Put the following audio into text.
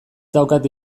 daukat